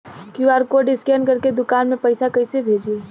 QR code scan करके दुकान में पैसा कइसे भेजी?